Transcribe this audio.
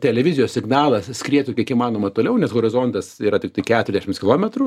televizijos signalas skrietų kiek įmanoma toliau nes horizontas yra tiktai keturdešims kilometrų